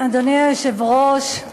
אדוני היושב-ראש,